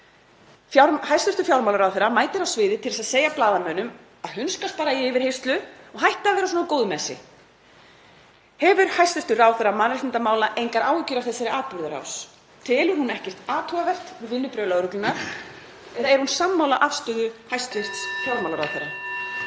Hæstv. fjármálaráðherra mætir á sviðið til þess að segja blaðamönnum að hunskast bara í yfirheyrslu og hætta að vera svona góðir með sig. Hefur hæstv. ráðherra mannréttindamála engar áhyggjur af þessari atburðarás? Telur hún ekkert athugavert við vinnubrögð lögreglunnar eða er hún sammála afstöðu hæstv. fjármálaráðherra?